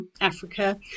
Africa